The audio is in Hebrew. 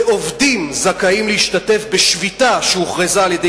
ועובדים זכאים להשתתף בשביתה שהוכרזה על-ידי